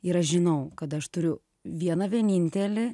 ir aš žinau kad aš turiu vieną vienintelį